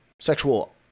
sexual